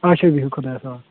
اچھا بِہِو خۄدایَس حَوال